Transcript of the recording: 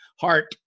heart